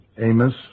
Amos